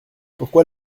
pourquoi